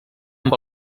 amb